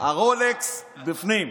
הרולקס בפנים.